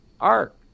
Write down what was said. art